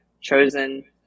chosen